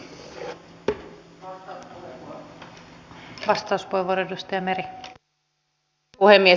arvoisa puhemies